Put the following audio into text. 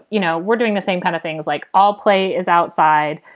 you know, we're doing the same kind of things. like all play is outside.